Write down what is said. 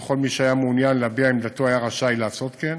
וכל מי שהיה מעוניין להביע עמדתו היה רשאי לעשות כן.